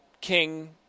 king